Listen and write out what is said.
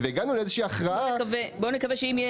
והגענו לאיזושהי הכרעה --- בוא נקווה שאם יהיה